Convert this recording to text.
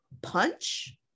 punch